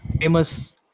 famous